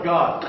God